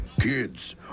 Kids